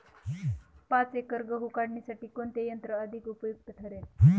पाच एकर गहू काढणीसाठी कोणते यंत्र अधिक उपयुक्त ठरेल?